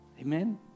Amen